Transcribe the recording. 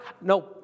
No